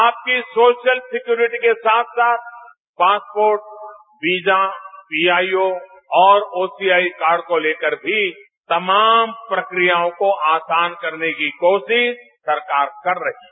आपकी social security के साथ साथ पासपोर्ट वीजा पीआईओ और ओसीआई कार्ड को लेकर भी तमाम प्रक्रियाओं को आसान करने की कोशिश सरकार कर रही है